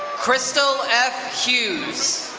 crystal f. hughes.